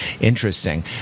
interesting